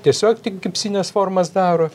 tiesiog tik gipsines formas daro